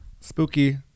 Spooky